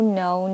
no